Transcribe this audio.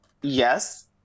yes